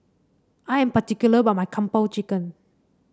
I am particular about my Kung Po Chicken